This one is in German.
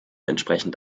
entsprechend